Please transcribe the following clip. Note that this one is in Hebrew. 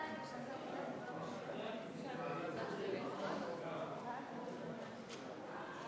ההצעה להעביר את הצעת חוק פיקוח אלקטרוני על משוחררים